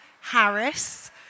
Harris